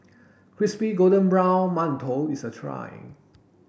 crispy golden brown mantou is a try